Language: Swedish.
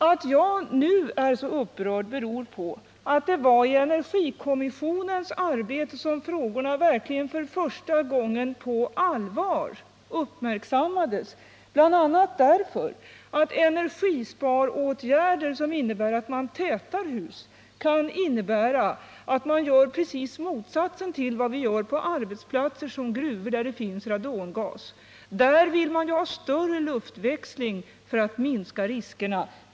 Att jag nu är så upprörd beror på att det var under energikommissionens arbete som frågorna verkligen för första gången på allvar uppmärksammades, bl.a. därför att energisparåtgärder, som att man tätar hus, kan innebära att man gör precis motsatsen till vad man gör på arbetsplatser, t.ex. gruvor, där det finns radongas. Där vill man ha större luftväxling för att minska riskerna.